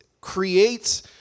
creates